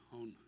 on